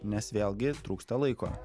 nes vėlgi trūksta laiko